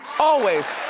always.